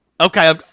Okay